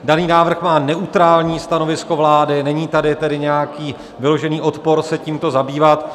Daný návrh má neutrální stanovisko vlády, není tady tedy nějaký vyložený odpor se tímto zabývat.